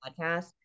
podcast